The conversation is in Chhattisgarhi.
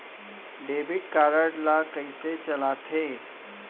डेबिट कारड ला कइसे चलाते?